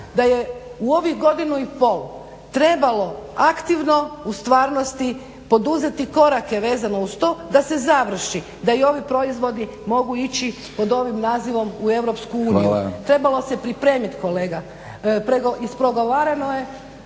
da je u ovih godinu i pol trebalo aktivno u stvarnosti poduzeti korake vezano uz to da se završi, da i ovi proizvodi mogu ići pod ovim nazivom u EU. Trebalo se pripremit kolega. **Batinić,